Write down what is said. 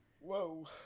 Whoa